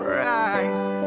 right